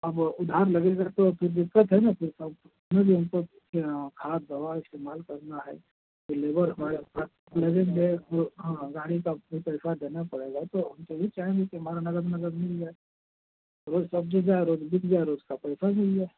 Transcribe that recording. अब उधार लगेगा तो अब फिर दिक्कत है ना फिर सब उसमें भी हमको कुछ खाद दवा इस्तेमाल करना है फिर लेबर हमारे साथ लगेंगे वह हाँ गाड़ी का भी पैसा देना पड़ेगा तो हम तो यही चाहेंगे कि हमारा नगद नगद मिल जाए रोज़ सब्ज़ी का रोज़ बिक जाए रोज़ का पैसा मिल जाए